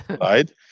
right